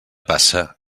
passa